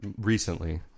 recently